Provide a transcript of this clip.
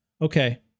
okay